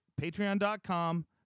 Patreon.com